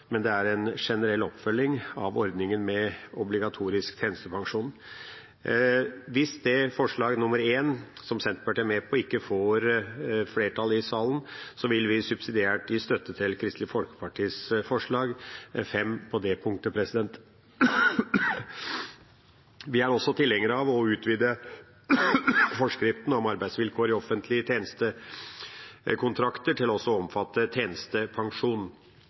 men det er en generell oppfølging av ordningen med obligatorisk tjenestepensjon. Hvis forslag nr. 1, som Senterpartiet er med på, ikke får flertall i salen, vil vi subsidiært gi støtte til Kristelig Folkepartis forslag, forslag nr. 5, på det punktet. Vi er også tilhengere av å utvide forskriften om arbeidsvilkår i offentlige tjenestekontrakter til også å omfatte tjenestepensjon.